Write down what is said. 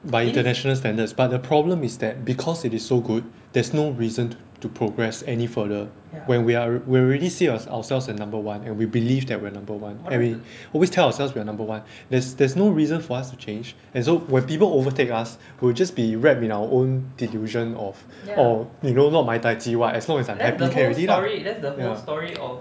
by international standards by the problem is that because it is so good there's no reason t~ to progress any further when we are we already see ourselves as number one and we believe that we're number one and we always tell us we're number one there's there's no reason for us to change and so when people overtake us we'll just be wrapped in our own delusion of oh you know not my tai ji what as long as I'm happy can already lah ya